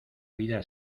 vida